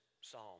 psalm